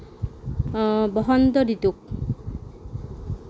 বসন্ত ঋতুক